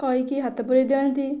କହିକି ହାତ ପୁରାଇ ଦିଅନ୍ତି